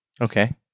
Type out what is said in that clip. Okay